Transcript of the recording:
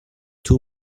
two